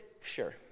sure